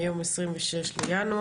היום 26 בינואר,